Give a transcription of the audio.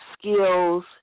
skills